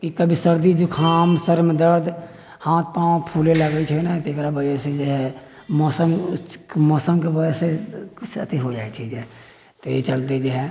ई कभी सर्दी जुकाम सर मे दर्द हाथ पाँव फुलऽ लागै छै एकरा बजह से जे मौसम मौसम के बजह से कुछ अथि हो जाइ छै जे तऽ यही चलते जे